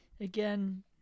Again